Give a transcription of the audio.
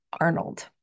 Arnold